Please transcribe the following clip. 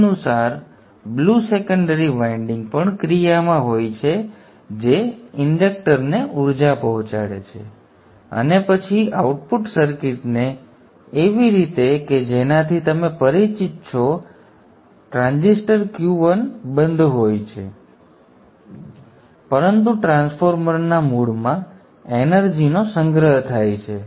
તદનુસાર blue secondary winding પણ ક્રિયામાં હોય છે જે ઇંડક્ટર ને ઉર્જા પહોંચાડે છે અને પછી આઉટપુટ સર્કિટને એવી રીતે કે જેનાથી તમે પરિચિત છો જ્યારે ટ્રાન્ઝિસ્ટર Q1 બંધ હોય છે આ વાદળી વાઇન્ડિંગ ચિત્રની બહાર છે પરંતુ ટ્રાન્સફોર્મરના મૂળમાં એનર્જીનો સંગ્રહ થાય છે